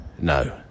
no